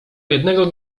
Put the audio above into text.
jednego